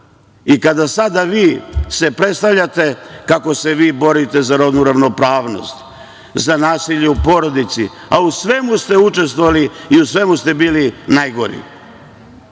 Kada se sada vi predstavljate kako se vi borite za rodnu ravnopravnost, za nasilje u porodici, a u svemu ste učestvovali i u svemu ste bili najgori. Ja